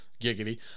giggity